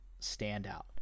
standout